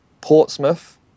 Portsmouth